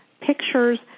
pictures